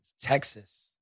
Texas